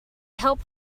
help